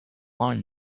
line